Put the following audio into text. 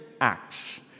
Acts